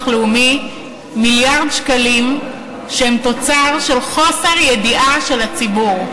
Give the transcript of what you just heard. לאומי מיליארד שקלים שהם תוצר של חוסר ידיעה של הציבור.